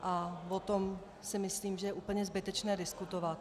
A o tom si myslím, že je úplně zbytečné diskutovat.